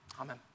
Amen